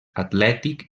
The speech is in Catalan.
atlètic